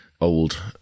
old